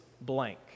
blank